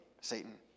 Satan